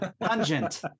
Pungent